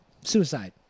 Suicide